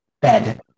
bed